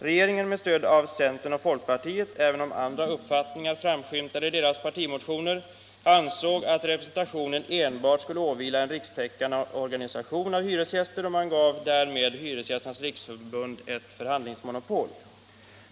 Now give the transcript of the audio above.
Regeringen med stöd av centern och folkpartiet — även om andra uppfattningar framskymtade i deras partimotioner — ansåg att representationen enbart skulle åvila en rikstäckande organisation av hyresgäster, och man gav därmed Hyresgästernas riksförbund ett förhandlingsmonopol.